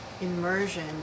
immersion